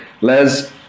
Les